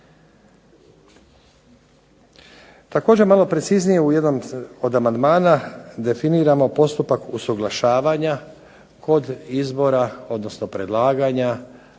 Također malo preciznije u jednom od amandmana definiramo postupak usuglašavanja kod izbora, odnosno predlaganja